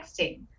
texting